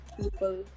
people